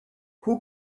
who